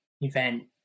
event